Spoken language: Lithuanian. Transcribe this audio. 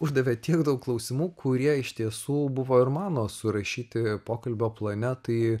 uždavė tiek daug klausimų kurie iš tiesų buvo ir mano surašyti pokalbio plane tai